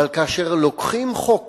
אבל כאשר לוקחים חוק